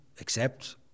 accept